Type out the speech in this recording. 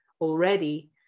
already